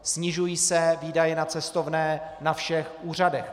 Snižují se výdaje na cestovné na všech úřadech.